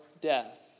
death